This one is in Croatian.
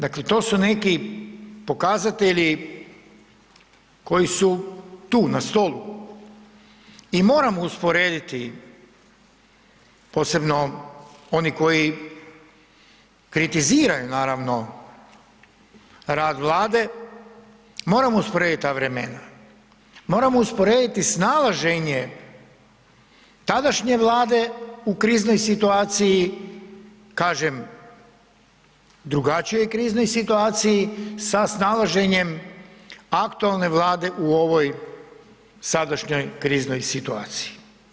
Dakle, to su neki pokazatelji koji su tu na stolu i moramo usporediti, posebno oni koji kritiziraju naravno rad Vlade, moramo usporedit ta vremena, moramo usporediti snalaženje tadašnje Vlade u kriznoj situaciji, kažem drugačijoj kriznoj situaciji sa snalaženjem aktualne Vlade u ovoj sadašnjoj kriznoj situaciji.